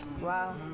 Wow